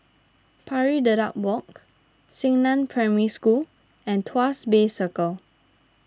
Pari Dedap Walk Xingnan Primary School and Tuas Bay Circle